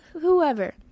whoever